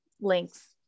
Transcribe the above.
links